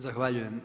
Zahvaljujem.